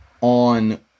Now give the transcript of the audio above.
on